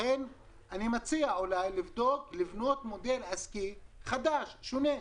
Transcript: לכן אני מציע אולי לבנות מודל עסקי חדש, שונה,